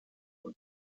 und